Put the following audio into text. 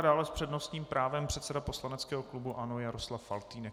Dále s přednostním právem předseda poslaneckého klubu ANO Jaroslav Faltýnek.